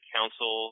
Council